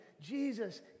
Jesus